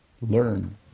learn